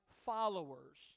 followers